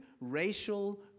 racial